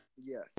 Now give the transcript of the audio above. Yes